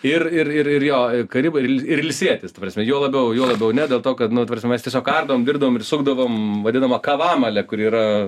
ir ir ir ir jo karibai ir ilsėtis ta prasme juo labiau juo labiau ne dėl to kad nu ta prasme mes tiesiog ardavom dirbdavom ir sukdavom vadinamą kavamalę kur yra